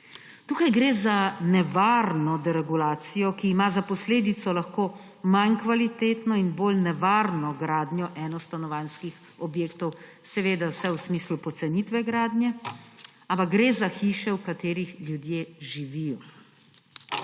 Tukaj gre za nevarno deregulacijo, ki lahko ima za posledico manj kvalitetno in bolj nevarno gradnjo enostanovanjskih objektov, seveda vse v smislu pocenitve gradnje. Ampak gre za hiše, v katerih ljudje živijo.